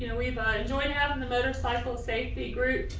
know, we've ah enjoyed having the motorcycle safety group